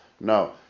no